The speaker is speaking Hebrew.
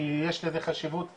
כי יש לזה חשיבות אדירה.